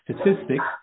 Statistics